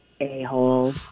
a-hole